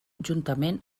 juntament